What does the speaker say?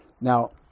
Now